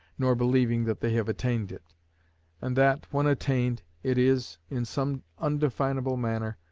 nor believing that they have attained it and that, when attained, it is, in some undefinable manner,